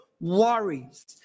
worries